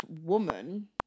woman